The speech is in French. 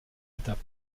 étape